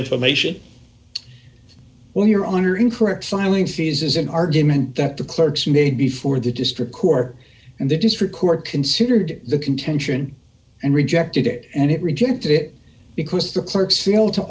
information or your own or incorrect filing fees is an argument that the clerks made before the district court and the district court considered the contention and rejected it and it rejected it because the clerk seal to